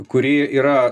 kuri yra